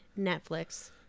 netflix